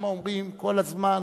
למה אומרים כל הזמן